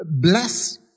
bless